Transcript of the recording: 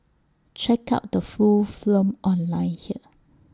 check out the full film online here